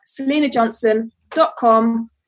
selenajohnson.com